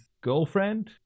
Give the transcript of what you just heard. girlfriend